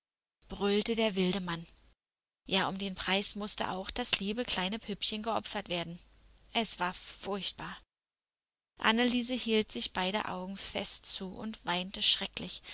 brüllte der wilde mann ja um den preis mußte auch das liebe kleine püppchen geopfert werden es war furchtbar anneliese hielt sich beide augen fest zu und weinte schrecklich